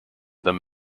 them